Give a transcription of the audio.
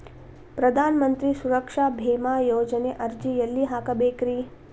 ಪ್ರಧಾನ ಮಂತ್ರಿ ಸುರಕ್ಷಾ ಭೇಮಾ ಯೋಜನೆ ಅರ್ಜಿ ಎಲ್ಲಿ ಹಾಕಬೇಕ್ರಿ?